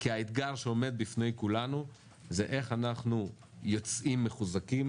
כי האתגר שעומד בפני כולנו זה איך אנחנו יוצאים מחוזקים